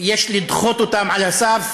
והדברים האלה, יש לדחות אותם על הסף.